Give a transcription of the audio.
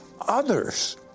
others